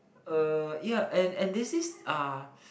uh yeah and and there is this uh